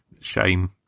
shame